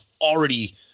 already